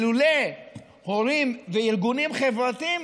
לולא הורים וארגונים חברתיים,